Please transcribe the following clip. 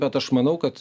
bet aš manau kad